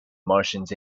martians